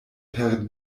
per